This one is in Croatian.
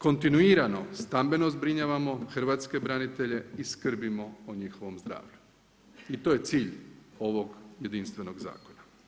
Kontinuirano stambeno zbrinjavamo hrvatske branitelje i skrbimo o njihovom zdravlju i to je cilj ovog jedinstvenog zakona.